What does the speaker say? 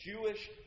Jewish